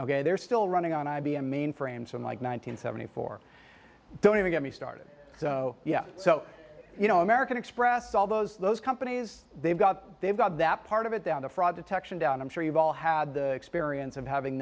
ok they're still running on i b m mainframes some like nine hundred seventy four don't even get me started so yeah so you know american express all those those companies they've got they've got that part of it down to fraud detection down i'm sure you've all had the experience of having